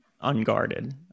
unguarded